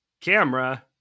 camera